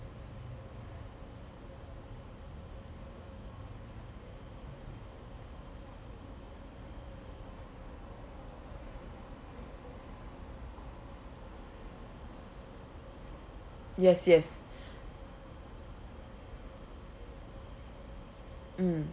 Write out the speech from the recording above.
yes yes mm